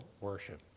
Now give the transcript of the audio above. worship